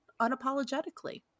unapologetically